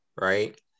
right